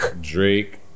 Drake